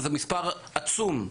זה מספר עצום.